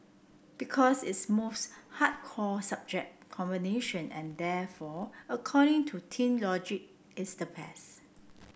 because it's most hardcore subject combination and therefore according to teen logic it's the best